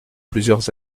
plusieurs